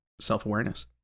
self-awareness